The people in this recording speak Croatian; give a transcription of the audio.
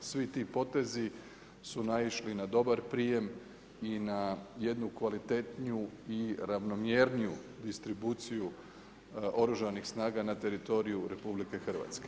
Svi ti potezi su naišli na dobar primjer i na jednu kvalitetniju i ravnomjerniju instituciju oružanih snaga na teritoriju RH.